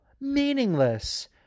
meaningless